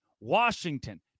Washington